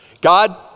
God